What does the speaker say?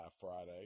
friday